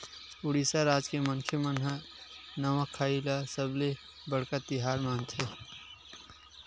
उड़ीसा राज के मनखे मन ह नवाखाई ल सबले बड़का तिहार मानथे